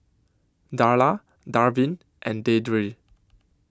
Darla Darvin and Deidre